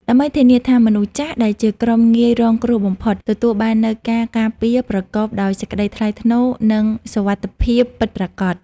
ដើម្បីធានាថា មនុស្សចាស់ដែលជាក្រុមងាយរងគ្រោះបំផុត ទទួលបាននូវការការពារប្រកបដោយសេចក្តីថ្លៃថ្នូរ និងសុវត្ថិភាពពិតប្រាកដ។